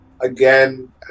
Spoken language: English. again